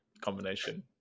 combination